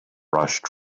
rushed